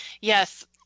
Yes